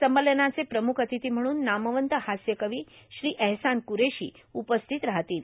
संमेलनाचे प्रमुख अतिथी म्हणून नामवंत हास्यकवी श्री एहसान कुरेशी उपस्थित राहणार आहेत